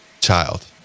child